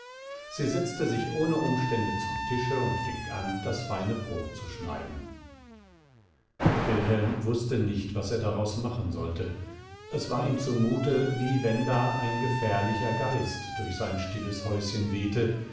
sie setzte sich ohne umstände zum tische und fing an das feine brot zu schneiden wilhelm wußte nicht was er daraus machen sollte es war ihm zu mute wie wenn da ein gefährlicher geist durch sein stilles häuschen wehte